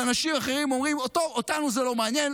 ואנשים אחרים אומרים: אותנו זה לא מעניין,